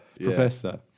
professor